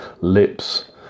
lips